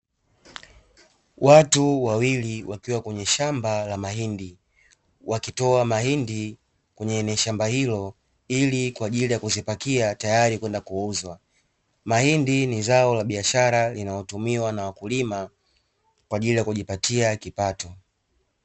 Watu wawili wakiwa kwenye shamba la mahindi wakitoa mahindi, kwenye shamba hilo ili kwa ajili ya kuzipakia tayari kwenda kuuzwa, mahindi ni zao la biashara linalotumiwa na wakulima kwa ajili ya kujipatia kipato.